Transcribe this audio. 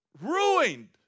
ruined